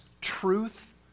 truth